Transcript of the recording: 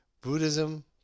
Buddhism